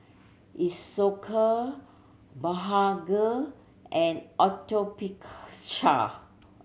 Isocal Blephagel and Atopiclair